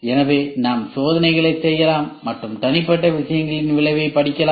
எனவே நாம் சோதனைகள் செய்யலாம் மற்றும் தனிப்பட்ட விஷயங்களின் விளைவைப் படிக்கலாம்